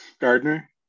Gardner